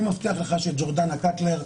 אני מבטיח לך שג'ורדנה קטלר,